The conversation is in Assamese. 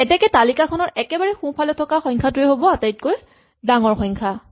এতেকে তালিকাখনৰ একেবাৰে সোঁফালে থকা সংখ্যাটোৱেই হ'ব আটাইতকৈ ডাঙৰ সংখ্যা